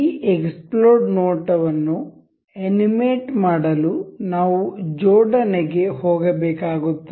ಈ ಎಕ್ಸ್ಪ್ಲೋಡ್ ನೋಟವನ್ನು ಅನಿಮೇಟ್ ಮಾಡಲು ನಾವು ಈ ಜೋಡಣೆಗೆ ಹೋಗಬೇಕಾಗುತ್ತದೆ